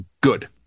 good